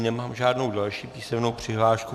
Nemám žádnou další písemnou přihlášku.